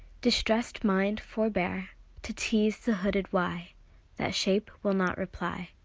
distressed mind, forbear to tease the hooded why that shape will not reply.